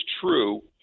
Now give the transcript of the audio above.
true